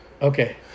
Okay